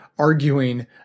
Arguing